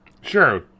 Sure